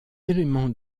éléments